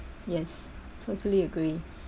yes totally agree